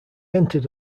entered